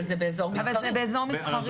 אבל זה באיזור מסחרי.